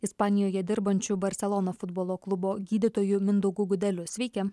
ispanijoje dirbančiu barselono futbolo klubo gydytoju mindaugu gudeliu sveiki